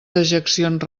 dejeccions